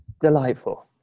Delightful